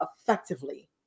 effectively